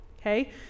okay